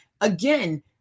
Again